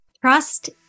Trust